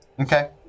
Okay